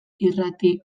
irrati